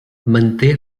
manté